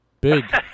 Big